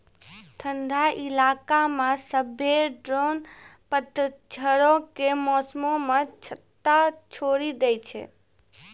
ठंडा इलाका मे सभ्भे ड्रोन पतझड़ो के मौसमो मे छत्ता छोड़ि दै छै